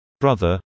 Brother